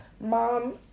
mom